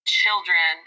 children